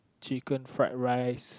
chicken fried rice